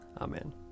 Amen